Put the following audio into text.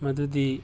ꯃꯗꯨꯗꯤ